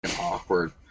awkward